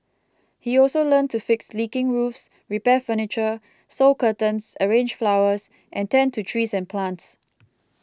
he also learnt to fix leaking roofs repair furniture sew curtains arrange flowers and tend to trees and plants